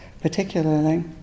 particularly